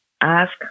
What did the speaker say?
Ask